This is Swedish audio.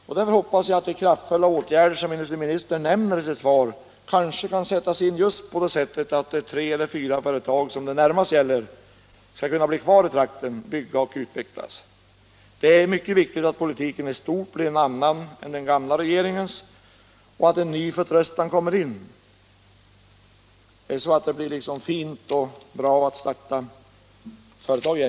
Jag hoppas att de kraftfulla åtgärder som industriministern nämner i sitt svar kan sättas in på det sättet att de tre eller fyra företag som det närmast gäller skall kunna bli kvar i trakten och utvecklas. Det är mycket viktigt att politiken i stort sett blir en annan än den gamla regeringens och att en ny förtröstan kommer in, så att det blir liksom fint och bra att starta företag igen.